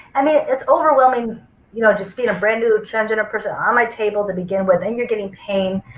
i mean it's overwhelming you know just being a brand new trans in a person on my table to begin with, then you're getting pain.